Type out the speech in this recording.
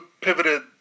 Pivoted